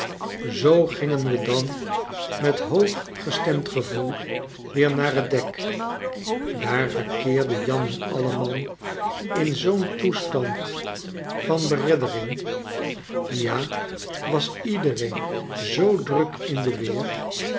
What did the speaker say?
zoo gingen we dan met hoog gestemd gevoel weer naar t dek daar verkeerde jan en alleman in zoo'n toestand van bereddering ja was iedereen zoo druk in de weer